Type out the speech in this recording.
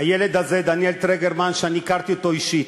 הילד הזה, דניאל טרגרמן, שאני הכרתי אותו אישית,